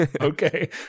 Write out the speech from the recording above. Okay